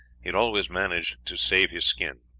had always managed to save his skin.